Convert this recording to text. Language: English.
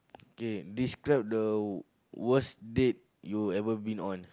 okay describe the worst date you been on